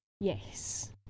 yes